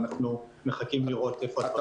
ואנחנו מחכים לראות איפה הדברים עומדים.